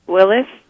Willis